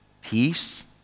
peace